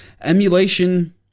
emulation